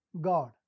God